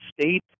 State